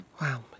Wow